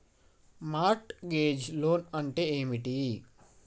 Mart gauge loan అంటే ఏమిటి?